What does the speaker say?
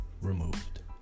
removed